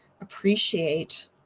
appreciate